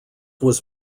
was